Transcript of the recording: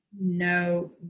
no